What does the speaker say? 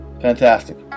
fantastic